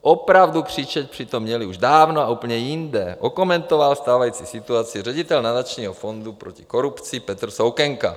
Opravdu křičet přitom měli už dávno a úplně jinde, okomentoval stávající situaci ředitel Nadačního fondu proti korupci Petr Soukenka.